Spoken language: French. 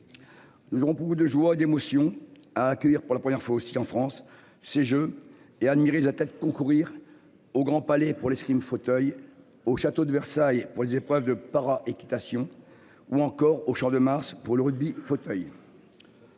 Nous on pouvait de joie et d'émotion à accueillir, pour la première fois, aussi en France. Ces jeux et admirer la tête concourir au Grand Palais pour l'escrime fauteuil au château de Versailles pour les épreuves de para-équitation ou encore au Champ de Mars pour le rugby fauteuil.